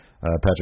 Patrick